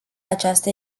această